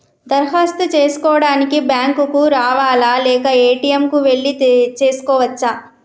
దరఖాస్తు చేసుకోవడానికి బ్యాంక్ కు రావాలా లేక ఏ.టి.ఎమ్ కు వెళ్లి చేసుకోవచ్చా?